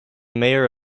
mayor